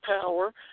power